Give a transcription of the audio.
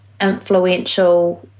influential